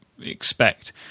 expect